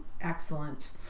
excellent